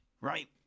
right